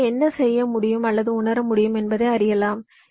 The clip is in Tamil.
எனவே என்ன செய்ய முடியும் அல்லது உணர முடியும் என்பதை அறியலாம்